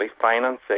financing